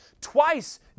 Twice